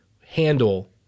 handle